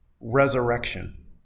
resurrection